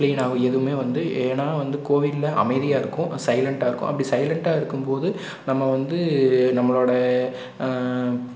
clean ஆவும் எதுவுமே வந்து ஏன்னா வந்து கோவிலில் அமைதியாகருக்கும் சைலன்ட்டாகருக்கும் அப்படி சைலண்ட்டாகருக்கும் போது நம்ம வந்து நம்மளோட